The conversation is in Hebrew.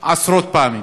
עשרות פעמים,